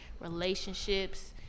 relationships